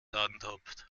antropft